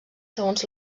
segons